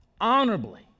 honorably